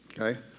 okay